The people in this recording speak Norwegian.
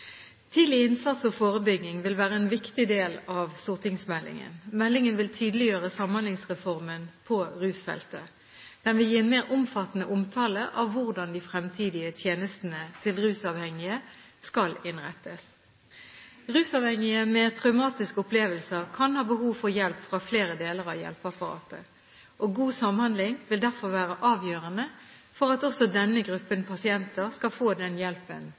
Tidlig innsats og forebygging vil være en viktig del av stortingsmeldingen. Meldingen vil tydeliggjøre Samhandlingsreformen på rusfeltet. Den vil gi en mer omfattende omtale av hvordan de fremtidige tjenestene til rusavhengige skal innrettes. Rusavhengige med traumatiske opplevelser kan ha behov for hjelp fra flere deler av hjelpeapparatet, og god samhandling vil derfor være avgjørende for at også denne gruppen pasienter skal få den hjelpen